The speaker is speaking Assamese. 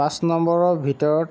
পাঁচ নম্বৰৰ ভিতৰত